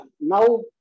Now